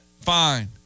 fine